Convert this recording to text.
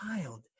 child